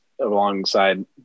alongside